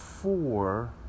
four